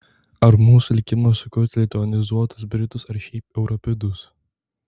ar mūsų likimas sukurti lituanizuotus britus ar šiaip europidus